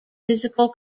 physical